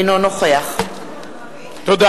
אינו נוכח תודה.